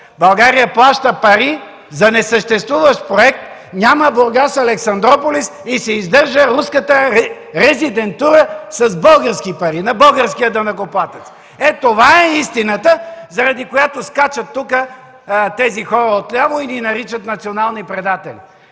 България плаща пари за несъществуващ проект, няма „Бургас – Александруполис” и се издържа руската резидентура с български пари, на българския данъкоплатец. (Шум и реплики от КБ.) Е, това е истината, заради която скачат тук тези хора отляво и ни наричат национални предатели.